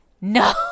No